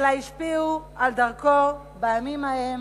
אלא השפיעו על דרכו בימים ההם